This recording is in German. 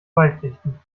beipflichten